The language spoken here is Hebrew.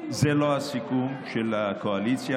זה לא הסיכום של הקואליציה,